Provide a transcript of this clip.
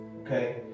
okay